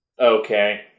okay